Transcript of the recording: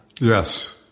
Yes